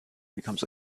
becomes